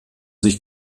sich